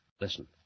Listen